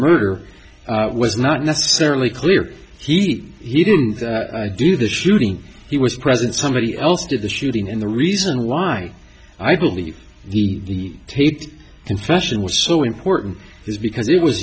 murder was not necessarily clear heat he didn't do the shooting he was present somebody else did the shooting and the reason why i believe the taped confession was so important is because it was